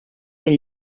ben